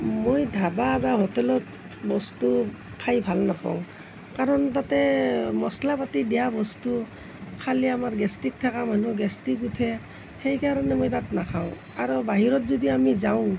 মই ধাবা বা হোটেলত বস্তু খাই ভাল নাপাওঁ কাৰণ তাতে মচলা পাতি দিয়া বস্তু খালে আমাৰ গেষ্ট্ৰিক থকা মানুহ গেষ্ট্ৰিক উঠে সেইকাৰণে মই তাত নাখাওঁ আৰু বাহিৰত যদি আমি যাওঁ